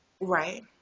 Right